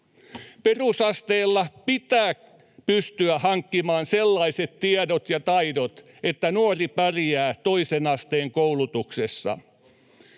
perusasteella pitää pystyä hankkimaan sellaiset tiedot ja taidot, että nuori pärjää toisen asteen koulutuksessa.